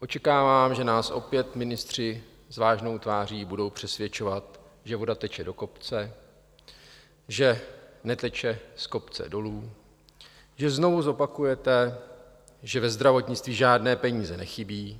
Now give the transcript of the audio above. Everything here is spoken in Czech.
Očekávám, že nás opět ministři s vážnou tváří budou přesvědčovat, že voda teče do kopce, že neteče z kopce dolů, že znovu zopakujete, že ve zdravotnictví žádné peníze nechybí.